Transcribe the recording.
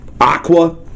aqua